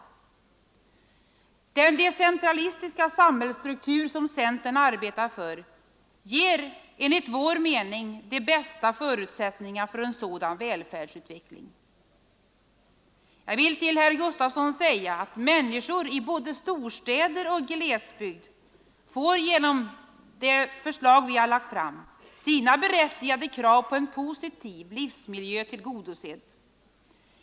Den decentralistiska samhällsstruktur som centern arbetar för ger enligt vår mening de bästa förutsättningarna för en sådan välfärdsutveckling. Jag vill till herr Gustavsson i Eskilstuna säga att människor i både storstäder och i glesbygd får genom de förslag vi har lagt fram sina berättigade krav på en positiv livsmiljö tillgodosedda.